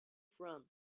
from